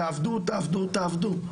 תעבדו תעבדו תעבדו,